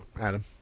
adam